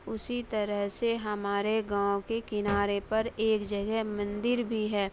اسی طرح سے ہمارے گاؤں کے کنارے پر ایک جگہ مندر بھی ہے